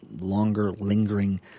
longer-lingering